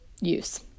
use